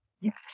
Yes